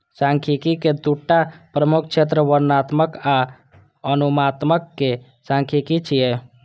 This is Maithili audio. सांख्यिकी के दूटा प्रमुख क्षेत्र वर्णनात्मक आ अनुमानात्मक सांख्यिकी छियै